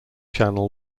channel